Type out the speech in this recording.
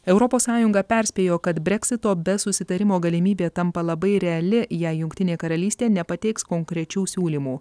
europos sąjunga perspėjo kad breksito be susitarimo galimybė tampa labai reali jei jungtinė karalystė nepateiks konkrečių siūlymų